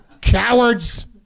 cowards